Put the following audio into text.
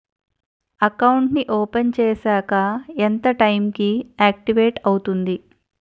Account నీ open చేశాక ఎంత టైం కి ఆక్టివేట్ అవుతుంది?